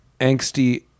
angsty